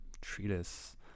treatise